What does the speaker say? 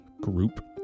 Group